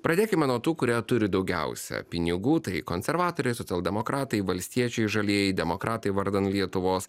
pradėkime nuo tų kurie turi daugiausia pinigų tai konservatoriai socialdemokratai valstiečiai žalieji demokratai vardan lietuvos